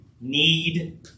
need